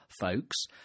folks